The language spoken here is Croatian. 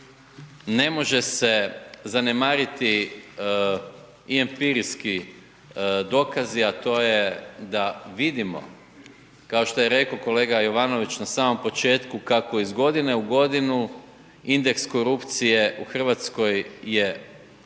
Ne može se zanemariti i empirijski dokazi, a to je da vidimo kao što je rekao kolega Jovanović na samom početku, kako iz godine u godinu indeks korupcije u Hrvatskoj je sve